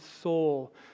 soul